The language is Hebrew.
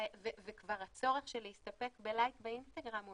והצורך של להסתפק בלייק באינסטגרם לא